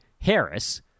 Harris